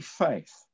faith